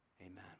Amen